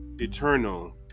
eternal